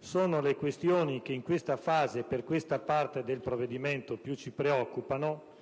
cioè quelle che in questa fase e per questa parte del provvedimento più ci preoccupano,